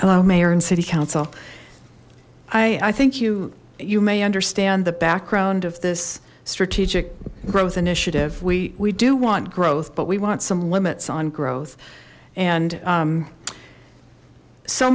hello mayor and city council i i think you you may understand the background of this strategic growth initiative we we do want growth but we want some limits on growth and